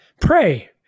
Pray